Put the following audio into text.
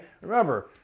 Remember